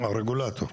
הרגולטור?